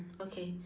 okay